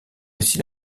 aussi